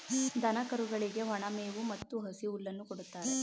ದನ ಕರುಗಳಿಗೆ ಒಣ ಮೇವು ಮತ್ತು ಹಸಿ ಹುಲ್ಲನ್ನು ಕೊಡುತ್ತಾರೆ